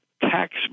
tax